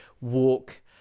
walk